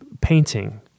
painting